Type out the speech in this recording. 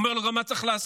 אומר לו גם מה צריך לעשות.